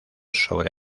sobre